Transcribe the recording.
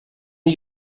ich